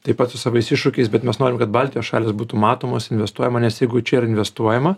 taip pat su savais iššūkiais bet mes norim kad baltijos šalys būtų matomos investuojama nes jeigu čia yra investuojama